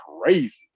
crazy